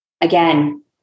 Again